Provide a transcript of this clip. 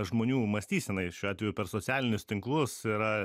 žmonių mąstysenai šiuo atveju per socialinius tinklus yra